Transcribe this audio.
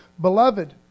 Beloved